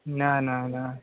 न न न